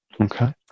okay